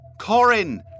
Corin